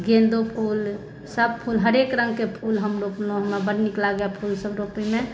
गेंदो फूल सब फूल हरेक रङ्गके फूल हम रोपलहुँ हमरा बड नीक लागैया फूल सब रोपयमे